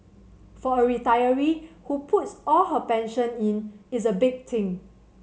for a retiree who puts all her pension in it's a big thing